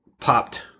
popped